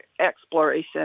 exploration